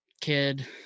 kid